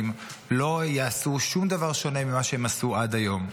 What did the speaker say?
לא יעשו שום דבר שונה ממה שהם עשו עד היום.